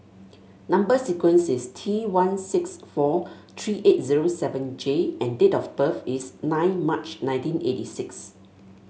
number sequence is T one six four three eight zero seven J and date of birth is nine March nineteen eighty six